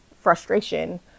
frustration